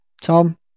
tom